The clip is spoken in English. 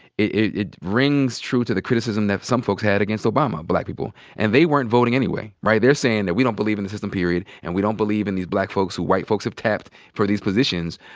it rings true to the criticism that some folks had against obama, black people. and they weren't voting anyway, right? they're saying that, we don't believe in the system, period. and we don't believe in these black folks who white folks have tapped for these positions.